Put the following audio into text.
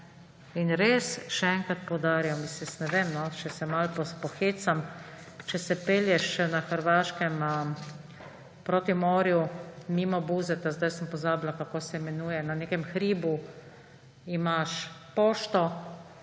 In res še enkrat poudarjam, jaz ne vem, če se malo pohecam, če se pelješ na Hrvaškem proti morju mimo Buzeta, zdaj sem pozabila, kako se imenuje, na nekem hribu imaš pošto